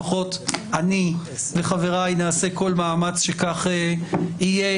לפחות אני וחבריי נעשה כל מאמץ שכך יהיה,